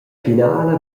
finala